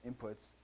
inputs